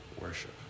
worship